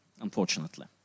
Unfortunately